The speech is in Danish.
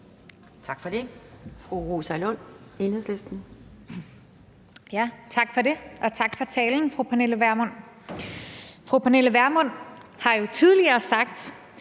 Tak for det. Fru Rosa Lund, Enhedslisten. Kl. 17:28 Rosa Lund (EL): Tak for det. Og tak for talen, fru Pernille Vermund. Fru Pernille Vermund har jo tidligere sagt,